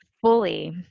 fully